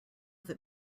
that